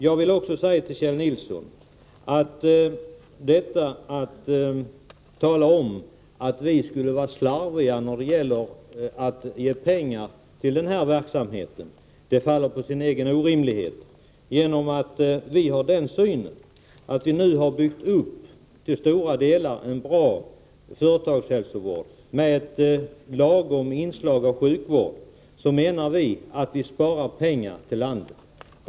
Jag vill också säga till Kjell Nilsson att påståendet att vi skulle vara slarviga när det gäller att ge pengar till denna verksamhet faller på sin egen orimlighet. Genom att vi nu till stora delar har byggt upp en bra företagshälsovård med ett lagom inslag av sjukvård sparar vi pengar åt landet.